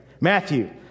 Matthew